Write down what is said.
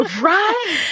Right